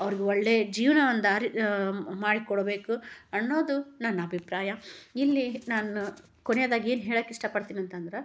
ಅವ್ರಿಗೆ ಒಳ್ಳೆಯ ಜೀವನ ಒಂದು ದಾರಿ ಮಾಡಿ ಕೊಡ್ಬೇಕು ಅನ್ನೋದು ನನ್ನ ಅಭಿಪ್ರಾಯ ಇಲ್ಲಿ ನಾನು ಕೊನೆಯದಾಗಿ ಏನು ಹೇಳಕ್ಕೆ ಇಷ್ಟಪಡ್ತೀನಿ ಅಂತಂದ್ರೆ